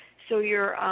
so, your